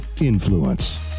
Influence